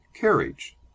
carriage